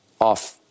off